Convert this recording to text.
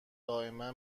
دائما